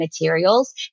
materials